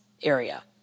area